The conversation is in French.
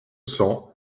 cents